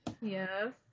Yes